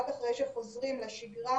רק אחרי שחוזרים לשגרה